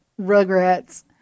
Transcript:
rugrats